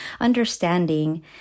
understanding